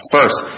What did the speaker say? First